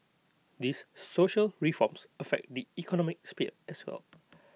these social reforms affect the economic sphere as well